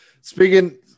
Speaking